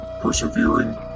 persevering